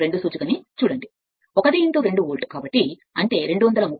సూచిక ను చూడండి 1 2 వోల్ట్ కాబట్టి అంటే 230 40 0